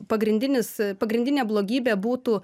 pagrindinis pagrindinė blogybė būtų